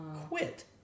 Quit